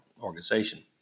organization